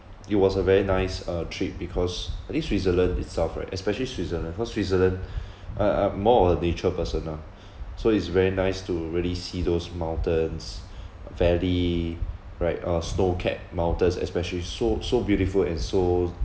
it was a very nice uh trip because I think switzerland itself right especially switzerland cause switzerland uh I'm I'm more of a nature person ah so it's very nice to really see those mountains valley right uh snow capped mountains especially so so beautiful and so